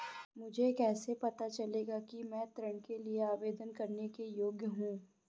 मुझे कैसे पता चलेगा कि मैं ऋण के लिए आवेदन करने के योग्य हूँ?